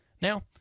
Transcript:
Now